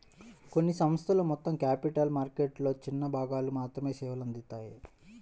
కొన్ని సంస్థలు మొత్తం క్యాపిటల్ మార్కెట్లలో చిన్న భాగాలకు మాత్రమే సేవలు అందిత్తాయి